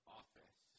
office